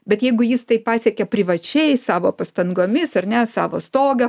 bet jeigu jis tai pasiekė privačiai savo pastangomis ar ne savo stogą